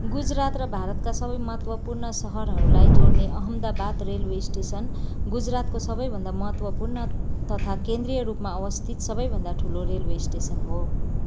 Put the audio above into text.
गुजरात र भारतका सबै महत्त्वपूर्ण सहरहरूलाई जोड्ने अहमदाबाद रेलवे स्टेसन गुजरातको सबैभन्दा महत्त्वपूर्ण तथा केन्द्रिय रूपमा अवस्थित सबैभन्दा ठुलो रेलवे स्टेसन हो